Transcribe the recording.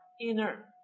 inner